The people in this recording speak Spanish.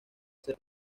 ser